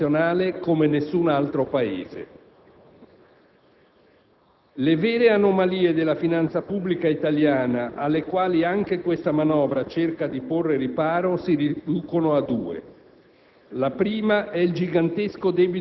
ci rende esposti sul mercato internazionale come nessun altro Paese. Le vere anomalie della finanza pubblica italiana, alle quali anche questa manovra cerca di porre riparo, si riducono a due.